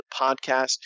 Podcast